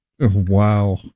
wow